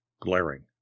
glaring